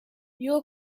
your